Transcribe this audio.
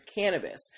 cannabis